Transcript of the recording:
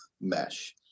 mesh